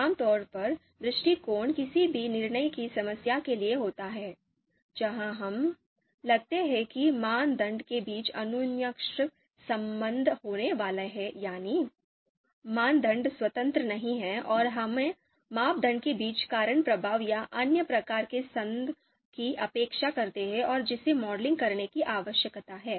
आमतौर पर दृष्टिकोण किसी भी निर्णय की समस्या के लिए होता है जहां हमें लगता है कि मानदंड के बीच अन्योन्याश्रय संबंध होने वाले हैं यानी मानदंड स्वतंत्र नहीं हैं और हम मापदंड के बीच कारण प्रभाव या अन्य प्रकार के संघ की अपेक्षा करते हैं और जिसे मॉडल करने की आवश्यकता है